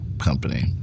company